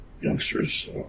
youngsters